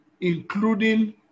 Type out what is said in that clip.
including